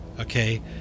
okay